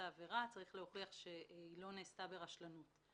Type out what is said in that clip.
העבירה צריך להוכיח שהיא לא נעשתה ברשלנות.